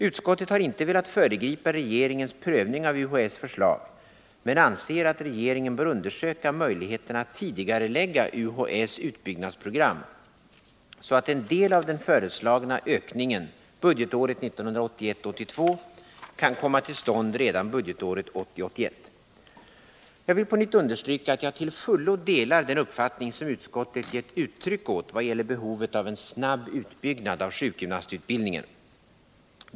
Utskottet har inte velat föregripa regeringens prövning av UHÄ:s förslag men anser att regeringen bör undersöka möjligheterna att tidigarelägga UHÄ:s utbyggnadsprogram, så att en del av den föreslagna ökningen budgetåret 1981 81. Jag vill på nytt understryka att jag till fullo delar den uppfattning som utskottet gett uttryck åt vad gäller behovet av en snabb utbyggnad av sjukgymnastutbildningen.